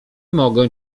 mogę